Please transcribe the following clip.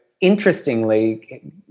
interestingly